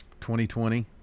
2020